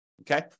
Okay